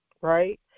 right